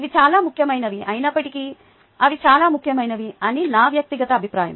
అవి చాలా ముఖ్యమైనవి అయినప్పటికీ అవి చాలా ముఖ్యమైనవి అని నా వ్యక్తిగత అభిప్రాయం